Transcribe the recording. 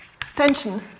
Extension